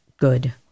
good